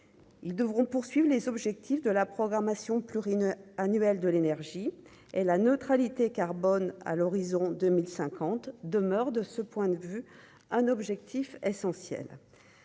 ils devront poursuivent les objectifs de la programmation pluri-annuelle de l'énergie et la neutralité carbone à l'horizon 2050 demeure de ce point de vue un objectif essentiel